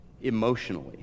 emotionally